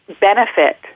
benefit